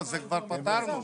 כבר פתרנו את זה.